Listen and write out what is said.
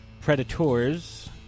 Predators